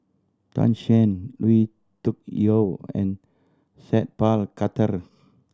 Tan Shen Lui Tuck Yew and Sat Pal Khattar